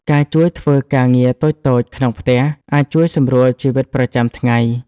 ការជួយធ្វើការងារតូចៗក្នុងផ្ទះអាចជួយសម្រួលជីវិតប្រចាំថ្ងៃ។